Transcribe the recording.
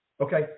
okay